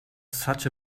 such